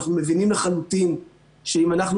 אנחנו מבינים לחלוטין שאם אנחנו,